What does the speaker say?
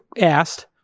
asked